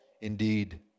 Indeed